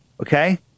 okay